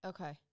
Okay